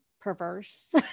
Perverse